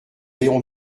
léon